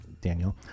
Daniel